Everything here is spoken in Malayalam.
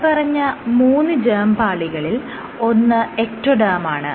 മേല്പറഞ്ഞ മൂന്ന് ജേർമ് പാളികളിൽ ഒന്ന് എക്റ്റോഡെർമാണ്